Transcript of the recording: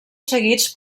seguits